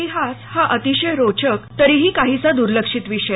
इतिहास हा अतिशय रोचक तरीही काहीसा दुर्लक्षित विषय